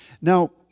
Now